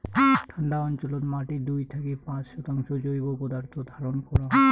ঠান্ডা অঞ্চলত মাটি দুই থাকি পাঁচ শতাংশ জৈব পদার্থ ধারণ করাং